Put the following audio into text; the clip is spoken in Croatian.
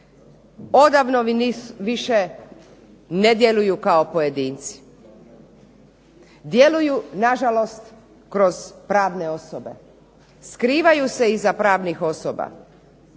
odavno nisu više ne djeluju kao pojedinci. Djeluju na žalost kroz pravne osobe, skrivaju se iza pravnih osoba,